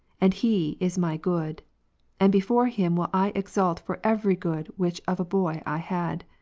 and he is my good and before him will i exult for every good which of a boy i had.